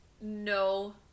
no